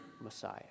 Messiah